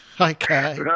Okay